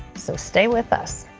so stay with us.